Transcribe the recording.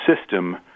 system